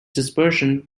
dispersion